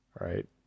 Right